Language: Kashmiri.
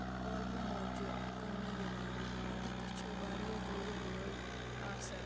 ٲلوٕ مۄنجہِ کٕننہٕ یِوان اَتہِ تہِ چھِ واریاہ جُلہٕ وٲلۍ آسان